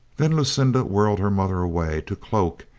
then lucinda whirled her mother away to cloak,